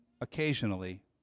occasionally